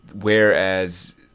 whereas